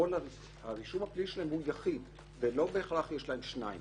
והרישום הפלילי שלהם הוא יחיד ולא בהכרח יש להם שניים,